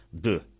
de